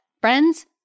Friends